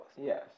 Yes